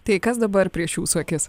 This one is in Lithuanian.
tai kas dabar prieš jūsų akis